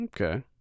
Okay